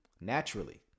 naturally